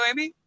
Amy